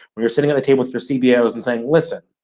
when you're sitting at the table with your cbos and saying, listen,